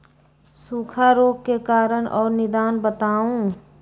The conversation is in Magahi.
सूखा रोग के कारण और निदान बताऊ?